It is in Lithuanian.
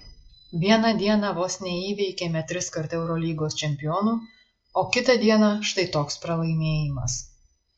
vieną dieną vos neįveikėme triskart eurolygos čempionų o kitą dieną štai toks pralaimėjimas